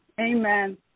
Amen